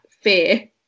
fear